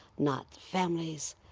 not families,